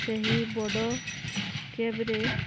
ସେହି ବଡ଼ କେବ୍ରେ